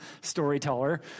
storyteller